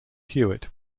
hewitt